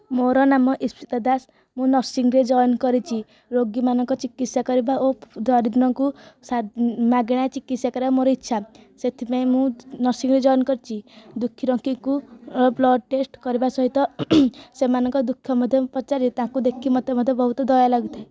ମୋର ନାମ ଇପ୍ସିତା ଦାସ ମୁଁ ନର୍ସିଂରେ ଯଏନ୍ କରିଛି ରୋଗୀମାନଙ୍କ ଚିକିତ୍ସା କରିବା ଓ ଦରିଦ୍ରଙ୍କୁ ମାଗଣା ଚିକିତ୍ସା କରିବା ମୋର ଇଚ୍ଛା ସେଇଥିପାଇଁ ମୁଁ ନର୍ସିଂରେ ଯଏନ୍ କରିଛି ଦୁଖୀରଙ୍କିଙ୍କୁ ବ୍ଲଡ଼ ଟେଷ୍ଟ କରିବା ସହିତ ସେମାନଙ୍କ ଦୁଃଖ ମଧ୍ୟ ପଚାରେ ତାଙ୍କୁ ଦେଖିକି ମୋତେ ମଧ୍ୟ ବହୁତ ଦୟା ଲାଗୁଥାଏ